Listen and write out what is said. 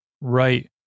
Right